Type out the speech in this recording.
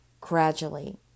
gradually